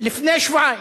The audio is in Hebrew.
לפני שבועיים,